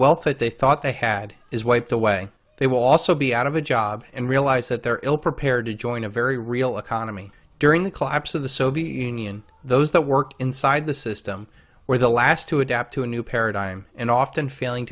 that they thought they had is wiped away they will also be out of a job and realize that they're ill prepared to join a very real economy during the collapse of the soviet union those that work inside the system where the last to adapt to a new paradigm and often failing